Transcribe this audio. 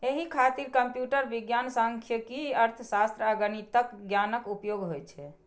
एहि खातिर कंप्यूटर विज्ञान, सांख्यिकी, अर्थशास्त्र आ गणितक ज्ञानक उपयोग होइ छै